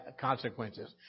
consequences